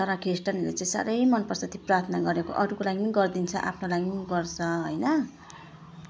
तर ख्रिस्टानहरू चाहिँ साह्रै मन पर्छ त्यो प्रार्थना गरेको अरूको लागि नि गरिदिन्छ आफ्नो लागि पनि गर्छ होइन